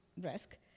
risk